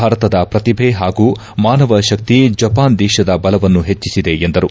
ಭಾರತದ ಪ್ರತಿಭೆ ಹಾಗೂ ಮಾನವ ಶಕ್ತಿ ಜಪಾನ್ ದೇಶದ ಬಲವನ್ನು ಹೆಚ್ಲಿಸಿದೆ ಎಂದರು